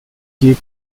keep